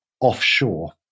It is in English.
offshore